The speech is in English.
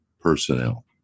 personnel